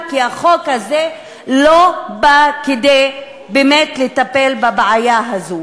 כי החוק הזה לא בא באמת לטפל בבעיה הזאת.